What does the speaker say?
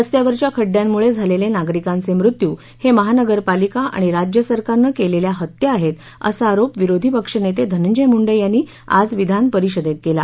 रस्त्यावरच्या खड्ड्यांमुळे झालेले नागरिकांचे मृत्यू हे महानगरपालिका आणि राज्य सरकारनं केलेल्या हत्या आहेत असा आरोप विरोधी पक्षनेते धनंजय मुंडे यांनी आज विधानपरिषदेत केला